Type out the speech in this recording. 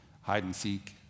hide-and-seek